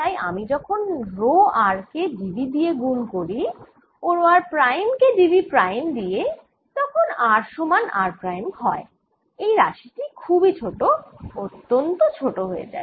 তাই আমি যখন রো r কে dv দিয়ে গুণ করি ও রো r প্রাইম কে dv প্রাইম দিয়ে যখন r সমান r প্রাইম হয় এই রাশি টি খুবই ছোট অত্যন্ত ছোট হয়ে যায়